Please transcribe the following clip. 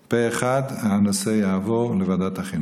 ההצעה להעביר את הנושא לוועדת החינוך,